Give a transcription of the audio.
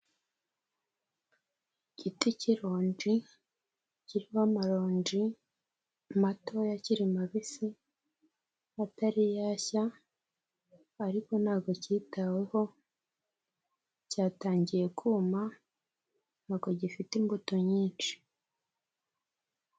Igiti k'ironji kiririmo amaronji mato akiri mabisi atari yashya ariko ntago kitaweho cyatangiye kuma ntago gifite imbuto nyinshi.